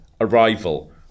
Arrival